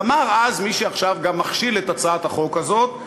ואמר אז מי שעכשיו גם מכשיל את הצעת החוק הזאת,